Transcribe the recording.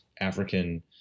African